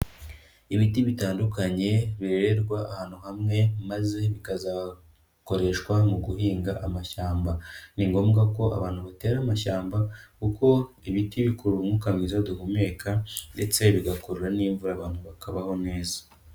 Ibiti bitandukanye birererwa ahantu hamwe, maze bikazakoreshwa mu guhinga amashyamba. Ni ngombwa ko abantu batera amashyamba kuko ibiti bikurura umwuka mwiza duhumeka, ndetse bigakurura n'imvura abantu bakabaho neza.